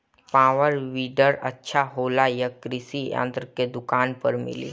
Power weeder अच्छा होला यह कृषि यंत्र के दुकान पर मिली?